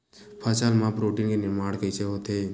फसल मा प्रोटीन के निर्माण कइसे होथे?